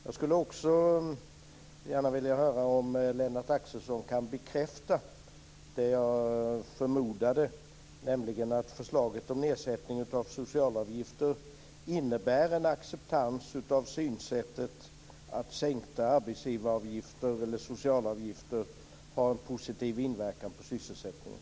Jag skulle också vilja höra om Lennart Axelsson kan bekräfta det jag förmodade, nämligen att förslaget om nedsättning av socialavgifter innebär en acceptans av synsättet att sänkta arbetsgivaravgifter, socialavgifter, har en positiv inverkan på sysselsättningen.